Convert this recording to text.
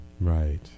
Right